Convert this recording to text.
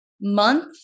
month